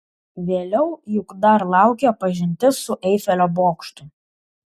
vėliau juk dar laukia pažintis su eifelio bokštu